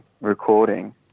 recording